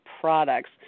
products